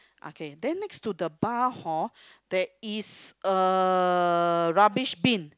okay then next to the bar hor there is a rubbish bin